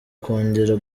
kongera